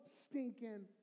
stinking